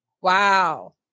Wow